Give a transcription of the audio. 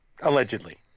Allegedly